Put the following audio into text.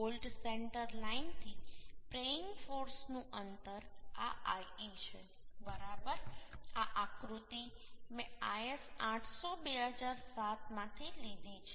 bolt centre લાઇનથી prying ફોર્સનું અંતર આ le છે બરાબર આ આકૃતિ મેં IS 800 2007માંથી લીધી છે